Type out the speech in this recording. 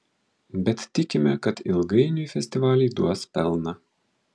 bet tikime kad ilgainiui festivaliai duos pelną